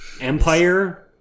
Empire